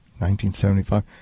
1975